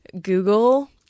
Google